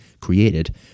created